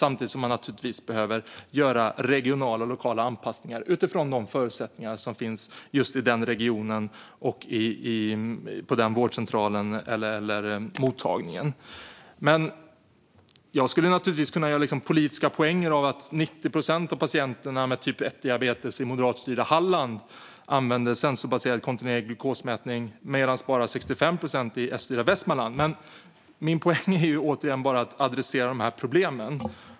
Samtidigt behöver naturligtvis regionala och lokala anpassningar göras utifrån de förutsättningar som finns i just den regionen eller på den vårdcentralen eller mottagningen. Jag skulle kunna göra politiska poänger av att 90 procent av patienterna med typ 1-diabetes i moderatstyrda Halland använder sensorbaserad kontinuerlig glukosmätning medan bara 65 procent i S-styrda Västmanland gör det, men min poäng är bara att adressera problemen.